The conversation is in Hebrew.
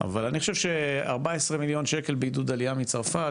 אבל אני חושב ש-14 מיליון שקל בעידוד עלייה מצרפת,